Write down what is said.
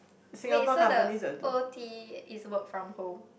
wait so the O_T is work from home